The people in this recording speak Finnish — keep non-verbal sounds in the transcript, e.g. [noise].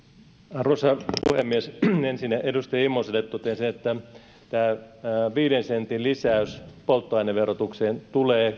arvoisa puhemies ensin edustaja immoselle totean sen että tämä viiden sentin lisäys polttoaineverotukseen tulee [unintelligible]